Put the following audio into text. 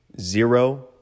zero